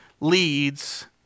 leads